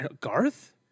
Garth